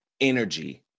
energy